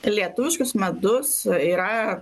lietuviškas medus yra